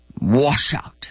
washout